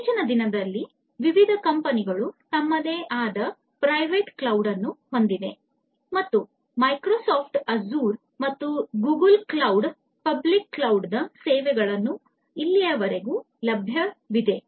ಇತ್ತೀಚಿನ ದಿನಗಳಲ್ಲಿ ವಿವಿಧ ಕಂಪನಿಗಳು ತಮ್ಮದೇ ಆದ ಪ್ರೈವೇಟ್ ಕ್ಲೌಡ್ ಗಳನ್ನು ಹೊಂದಿವೆ ಮತ್ತು ಮೈಕ್ರೋಸಾಫ್ಟ್ ಅಜೂರ್ ಮತ್ತು ಗೂಗಲ್ ಕ್ಲೌಡ್ ನಂತಹ ಪಬ್ಲಿಕ್ ಕ್ಲೌಡ್ ದ ಸೇವೆಗಳು ಇವೆಲ್ಲವೂ ಲಭ್ಯವಿದೆ